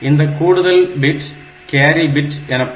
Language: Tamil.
இந்த கூடுதல் பிட் கேரி பிட் எனப்படும்